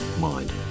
mind